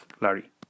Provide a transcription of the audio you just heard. Larry